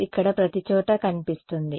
∂∂x ఇక్కడ ప్రతిచోటా కనిపిస్తుంది